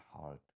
heart